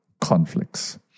conflicts